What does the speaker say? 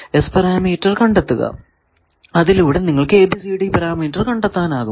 S parameter കണ്ടെത്തുക അതിലൂടെ നിങ്ങൾക്കു ABCD പാരാമീറ്റർ കണ്ടെത്താനാകും